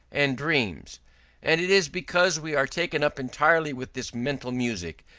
and dreams and it is because we are taken up entirely with this mental music,